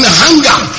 hunger